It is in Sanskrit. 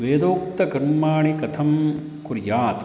वेदोक्तकर्माणि कथं कुर्यात्